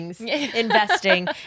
investing